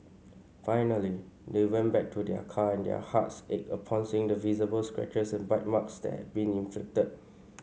finally they went back to their car and their hearts ached upon seeing the visible scratches and bite marks that had been inflicted